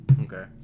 Okay